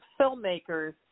filmmakers